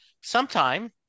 sometime